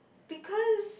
because